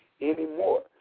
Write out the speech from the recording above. anymore